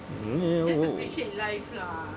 mm ya !whoa!